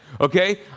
okay